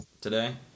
today